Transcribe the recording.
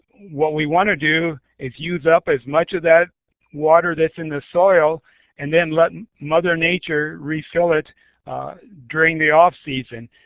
what we want to do is use up as much as that water that's in the soil and then let and mother nature refill it during the off season,